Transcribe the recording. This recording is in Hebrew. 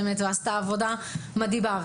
היא עשתה עבודה באמת מדהימה.